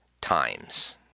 Times